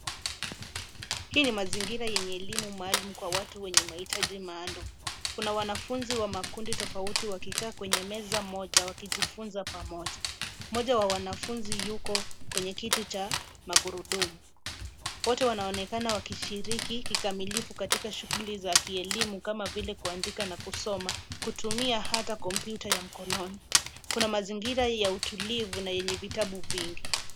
Hii ni mazingira yenye elimu maalum kwa watu wenye mahitaji maalum. Kuna wanafunzi wa makundi tofauti wakikaa kwenye meza moja wakijifunza pamoja. Moja wa wanafunzi yuko, kwenye kiti cha, magurudumu. Wote wanaonekana wakishiriki kikamilifu katika shughuli za kielimu kama vile kuandika, na kusoma, kutumia hata kompyuta ya mkononi. Kuna mazingira ya utulivu na yenye vitabu vingi.